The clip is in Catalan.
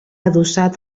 adossat